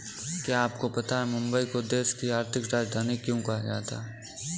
क्या आपको पता है मुंबई को देश की आर्थिक राजधानी क्यों कहा जाता है?